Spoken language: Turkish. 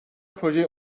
projeyi